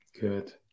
Good